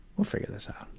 we'll figure this out.